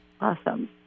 awesome